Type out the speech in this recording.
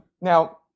Now